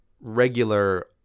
regular